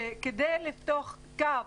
שכדי לפתוח קו